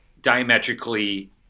diametrically